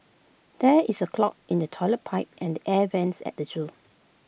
there is A clog in the Toilet Pipe and the air Vents at the Zoo